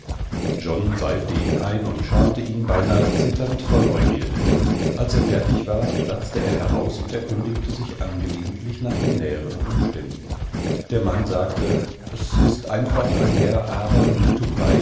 john seifte ihn ein und schabte ihn beinahe zitternd vor neugierde als er fertig war platzte er heraus und erkundigte sich angelegentlich nach den näheren umständen der mann sagte es ist einfach ein herr adam